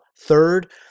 Third